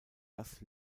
das